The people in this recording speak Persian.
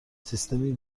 سیستمی